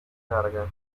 carga